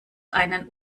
einen